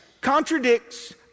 contradicts